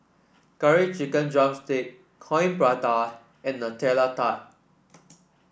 Curry Chicken drumstick Coin Prata and Nutella Tart